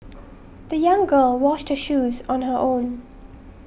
the young girl washed her shoes on her own